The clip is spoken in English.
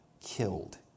killed